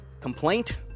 Complaint